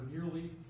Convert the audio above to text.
nearly